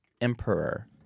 emperor